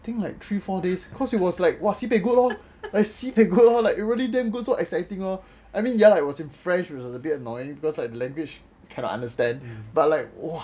think like three four days cause it was like sibeh good lor like sibeh good lor like it was so exciting lor I mean ya it was in french it was a bit annoying because like language cannot understand but like !wah!